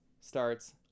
Starts